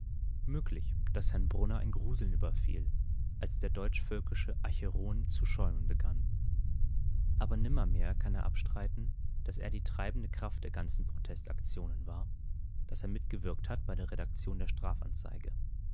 möglich daß herrn brunner ein gruseln überfiel als der deutschvölkische acheron zu schäumen begann aber nimmermehr kann er abstreiten daß er die treibende kraft der ganzen protestaktionen war daß er mitgewirkt hat bei der redaktion der